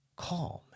calm